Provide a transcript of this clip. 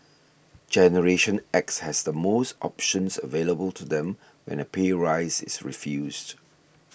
generation X has the most options available to them when a pay rise is refused